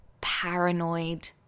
paranoid